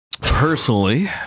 Personally